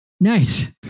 Nice